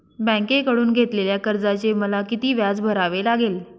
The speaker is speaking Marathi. बँकेकडून घेतलेल्या कर्जाचे मला किती व्याज भरावे लागेल?